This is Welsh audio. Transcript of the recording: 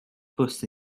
bws